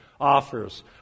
offers